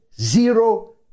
zero